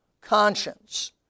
conscience